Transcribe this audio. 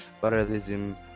parallelism